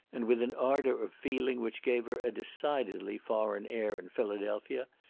and with an ardour of feeling which gave her a decidedly foreign air in philadelphia,